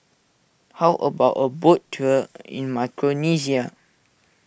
how about a boat tour in Micronesia